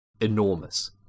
enormous